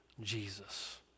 Jesus